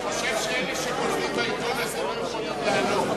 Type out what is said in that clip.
אני חושב שאלה שכותבים בעיתון הזה לא יכולים לענות.